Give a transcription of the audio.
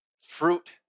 fruit